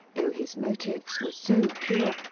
though his motives were so pure,